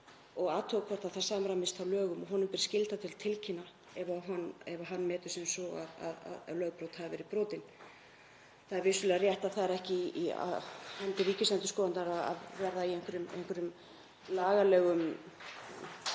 og athuga hvort það samræmist lögum og honum ber skylda til að tilkynna ef hann metur sem svo að lögbrot hafi verið framin. Það er vissulega rétt að það er ekki á hendi ríkisendurskoðanda að vera í einhverjum lagalegum